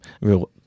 real